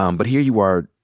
um but here you are,